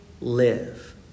live